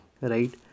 Right